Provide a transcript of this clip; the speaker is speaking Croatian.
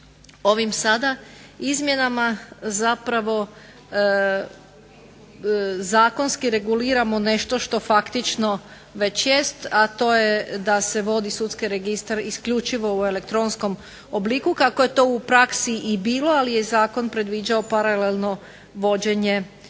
Ovim sada izmjenama zapravo zakonski reguliramo nešto što faktično već jest, a to je da se vodi sudski registar isključivo u elektronskom obliku kako je to u praksi i bilo. Ali je zakon predviđao paralelno vođenje registra